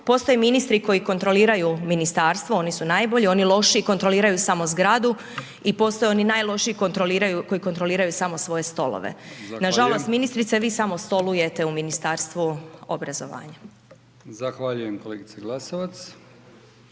postoje ministri koji kontroliraju ministarstvo, oni su najbolji, oni lošiji kontroliraju samo zgradu i postoje oni najlošiji koji kontroliraju samo svoje stolove. Nažalost, ministrice vi samo stolujete u Ministarstvu obrazovanja.